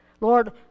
Lord